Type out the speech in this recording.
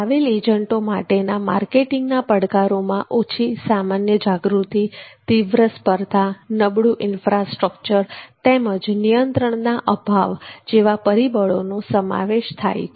travel એજન્ટો માટેના માર્કેટિંગના પડકારોમાં ઓછી સામાન્ય જાગૃતિ તીવ્ર સ્પર્ધા નબળું ઇન્ફ્રાસ્ટ્રકચર તેમજ નિયંત્રણના અભાવે જેવાં પરિબળોનો સમાવેશ થાય છે